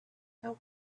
help